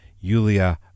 Yulia